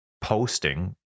posting